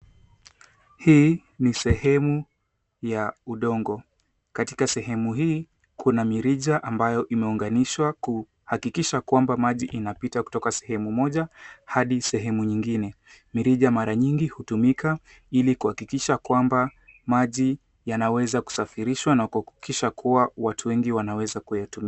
Hii ni sehemu ya udongo. Katika sehemu hii kuna mirija ambayo imeunganishwa kuhakikisha kwamba maji inapita kutoka sehemu moja hadi sehemu nyingine. Mirija mara nyingi hutumika ili kuhakikisha kwamba maji yanaweza kusafirishwa na kuhakikisha kuwa watu wengi wanaweza kuyatumia.